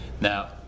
Now